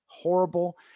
horrible